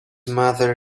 mother